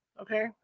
Okay